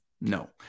No